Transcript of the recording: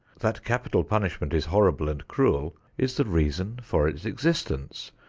that capital punishment is horrible and cruel is the reason for its existence.